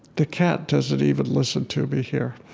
the cat doesn't even listen to me here.